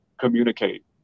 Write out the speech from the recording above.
communicate